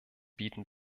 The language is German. bieten